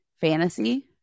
fantasy